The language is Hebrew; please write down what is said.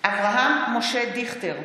אברהם משה דיכטר,